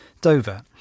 Dover